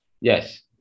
Yes